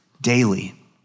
daily